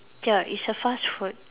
ya it's a fast food